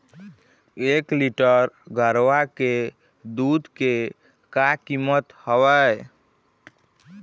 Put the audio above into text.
एक लीटर गरवा के दूध के का कीमत हवए?